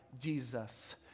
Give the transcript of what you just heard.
Jesus